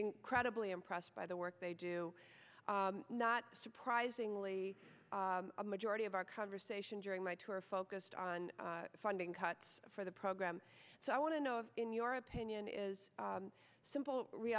incredibly impressed by the work they do not surprisingly a majority of our conversation during my tour focused on funding cuts for the program so i want to know in your opinion is simple re